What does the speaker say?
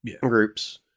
groups